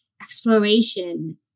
exploration